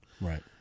Right